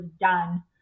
done